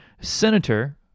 Senator